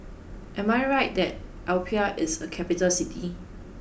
am I right that Apia is a capital city